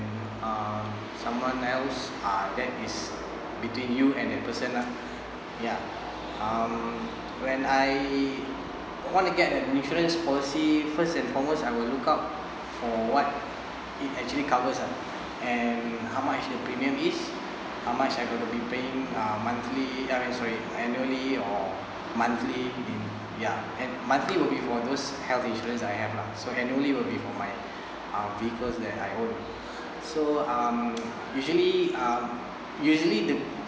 um someone else uh that is between you and that person lah ya um when I one I get the insurance policy first and foremost I will look out for what it actually covers uh and how much the premium is how much I go to be paying uh monthly uh sorry annually or monthly been ya monthly will be for those health insurance I have lah annually will be for my uh vehicle that I own so um usually um usually the